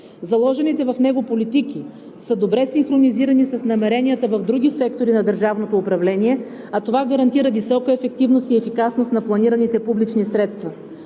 Заложените в него политики са добре синхронизирани с намеренията в други сектори на държавното управление, а това гарантира висока ефективност и ефикасност на планираните публични средства.